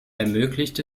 ermöglicht